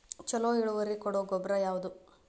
ಛಲೋ ಇಳುವರಿ ಕೊಡೊ ಗೊಬ್ಬರ ಯಾವ್ದ್?